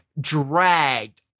dragged